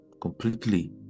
completely